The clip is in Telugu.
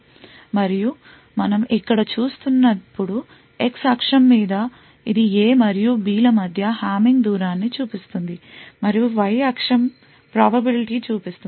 మరియు మనం ఇక్కడ చూస్తున్నప్పుడు X అక్షం మీద ఇది A మరియు B ల మధ్య హామింగ్ దూరాన్ని చూపిస్తుంది మరియు Y అక్షం ప్రాబబిలిటీ చూపుతుంది